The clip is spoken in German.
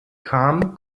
kam